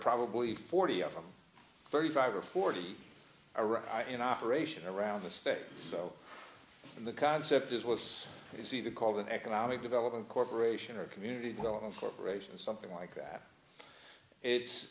probably forty of them thirty five or forty are in operation around the state so the concept is was you see the called an economic development corporation or community development corporation or something like that